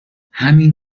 همین